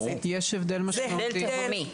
יש הבדל תהומי.